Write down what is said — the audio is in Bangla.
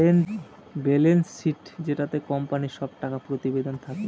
বেলেন্স শীট যেটাতে কোম্পানির সব টাকা প্রতিবেদন থাকে